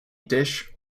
dish